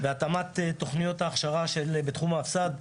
התאמת תוכניות ההכשרה בתחום ההפס"ד,